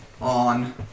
On